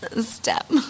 step